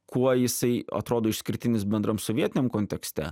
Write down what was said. kuo jisai atrodo išskirtinis bendram sovietiniam kontekste